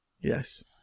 Yes